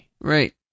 Right